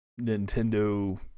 Nintendo